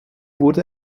wurde